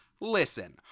Listen